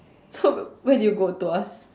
!huh! but where did you go Tuas